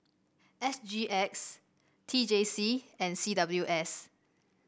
S G X T J C and C W S